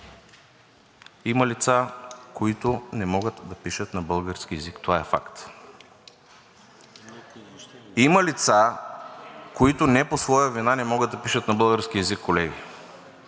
има лица, които не могат да пишат на български език, това е факт. Има лица, които не по своя вина не могат да пишат на български език, колеги.